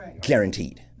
guaranteed